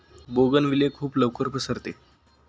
bougainvillea खूप लवकर पसरते